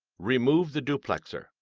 remove the duplexer.